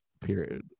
period